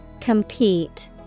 Compete